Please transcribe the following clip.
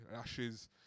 Ashes